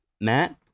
Matt